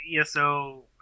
eso